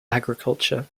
agriculture